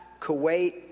Kuwait